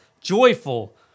Joyful